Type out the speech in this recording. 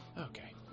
Okay